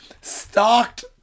Stalked